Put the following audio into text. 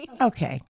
Okay